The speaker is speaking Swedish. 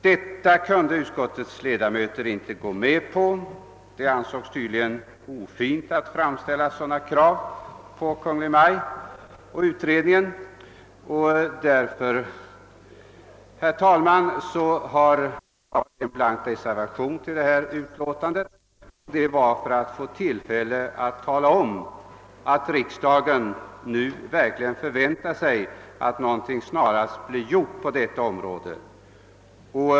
Detta kunde utskottets ledamöter inte gå med på. Det ansågs tydligen ofint att framställa sådana krav på Kungl. Maj:t och utredningen, och jag har därför, herr talman, fogat en blank reservation till förevarande utlåtande. Anledningen till att jag begärde ordet var att jag ville få tillfälle framhålla att riksdagen nu verkligen förväntar sig att något snarast blir gjort på detta område.